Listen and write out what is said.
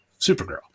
supergirl